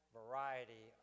variety